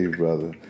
brother